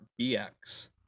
BX